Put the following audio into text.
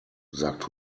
sagt